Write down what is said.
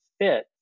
fit